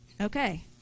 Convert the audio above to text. okay